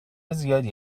زیادی